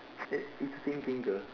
ya it's same finger